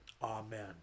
amen